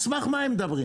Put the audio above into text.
על סמך מה הם מדברים?